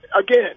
again